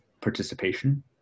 participation